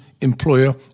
employer